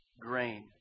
grain